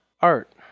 art